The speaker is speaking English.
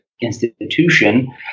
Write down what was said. institution